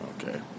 Okay